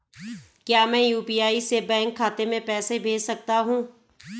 क्या मैं यु.पी.आई से बैंक खाते में पैसे भेज सकता हूँ?